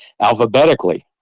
alphabetically